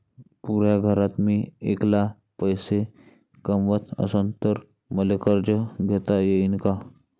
पुऱ्या घरात मी ऐकला पैसे कमवत असन तर मले कर्ज घेता येईन का?